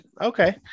Okay